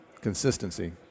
consistency